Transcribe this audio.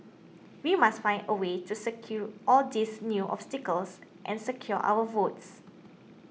we must find a way to all these new obstacles and secure our votes